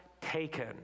taken